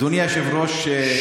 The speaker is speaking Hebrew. אדוני היושב-ראש,